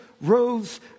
rose